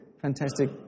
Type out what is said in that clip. fantastic